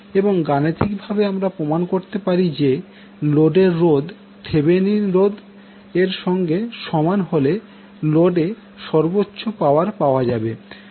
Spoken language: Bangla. এবং গাণিতিক ভাবে আমরা প্রমান করতে পারি যে লোডের রোধ থেভেনিন রোধ এর সঙ্গে সমান হলে লোড এ সর্বোচ্চ পাওয়ার পাওয়া যাবে